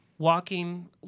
Walking